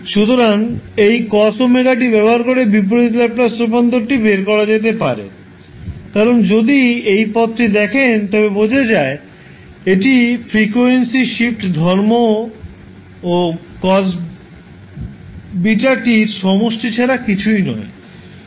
সুতরাং এই cos 𝑤𝑡 ব্যবহার করে বিপরীত ল্যাপ্লাস রূপান্তরটি বের করা যেতে পারে কারণ যদি এই পদটি দেখেন তবে বোঝা যায় এটি ফ্রিকোয়েন্সি শিফট ধর্ম ও cos βt এর সমষ্টি ছাড়া কিছুই নয়